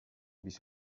بیش